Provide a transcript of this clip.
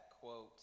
quote